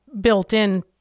built-in